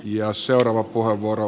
ja seuraava puheenvuoro